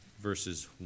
verses